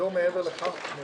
לא מעבר לכך.